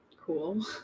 cool